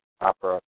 Opera